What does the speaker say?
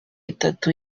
itatu